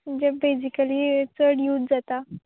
म्हणजे बेजिकली यें चड यूज जाता